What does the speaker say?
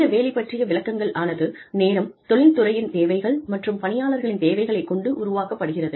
இந்த வேலை பற்றிய விளக்கங்கள் ஆனது நேரம் தொழில்துறையின் தேவைகள் மற்றும் பணியாளர்களின் தேவைகளைக் கொண்டு உருவாக்கப்படுகிறது